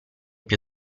più